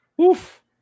Oof